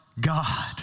God